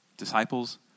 Disciples